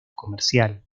comercial